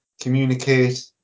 communicate